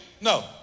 No